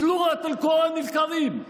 נגד שפת הקוראן המכובד.